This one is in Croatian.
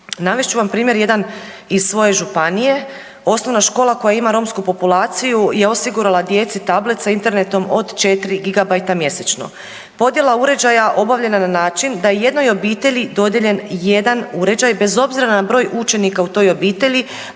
Navest ću vam primjer jedan iz svoje županije. Osnovna škola koja ima romsku populaciju je osigurala djeci tablet sa Internetom od 4 gigabajta mjesečno. Podjela uređaja obavljena je na način da je jednoj obitelji dodijeljen jedan uređaj bez obzira na broj učenika u toj obitelji,